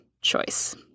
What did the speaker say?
choice